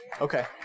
Okay